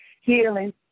Healing